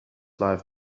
life